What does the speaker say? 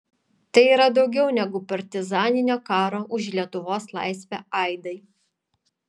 tai yra daugiau negu partizaninio karo už lietuvos laisvę aidai